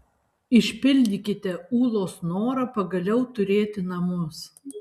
išpildykite ūlos norą pagaliau turėti namus